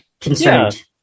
concerned